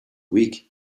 week